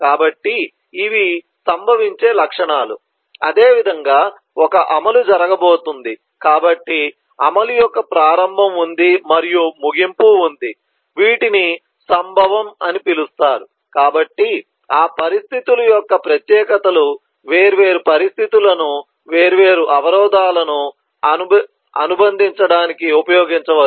కాబట్టి ఇవి సంభవించే లక్షణాలు అదేవిధంగా ఒక అమలు జరుగుతోంది కాబట్టి అమలు యొక్క ప్రారంభం ఉంది మరియు ముగింపు ఉంది వీటిని సంభవం అని పిలుస్తారు కాబట్టి ఆ పరిస్థితుల యొక్క ప్రత్యేకతలు వేర్వేరు పరిస్థితులను వేర్వేరు అవరోధాలను అనుబంధించడానికి ఉపయోగించవచ్చు